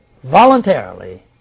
Voluntarily